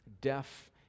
deaf